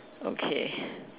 okay